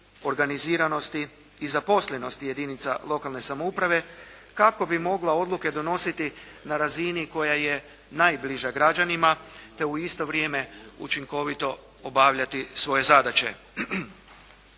organiziranosti i zaposlenosti jedinica lokalne samouprave kako bi mogla odluke donositi na razini koja je najbliža građanima, te u isto vrijeme učinkovito obavljati svoje zadaće.